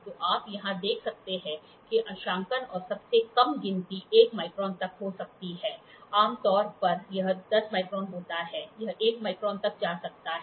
तो आप यहां देख सकते हैं कि अंशांकन और सबसे कम गिनती 1 माइक्रोन तक हो सकती है आम तौर पर यह 10 माइक्रोन होता है यह 1 माइक्रोन तक जा सकता है